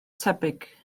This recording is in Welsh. tebyg